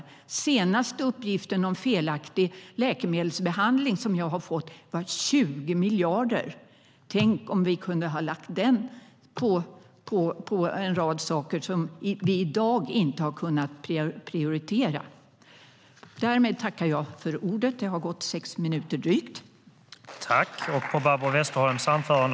Den senaste uppgift om kostnaden för felaktig läkemedelsbehandling som jag har fått är 20 miljarder. Tänk om vi hade kunnat lägga det på en rad saker som vi i dag inte har kunnat prioritera!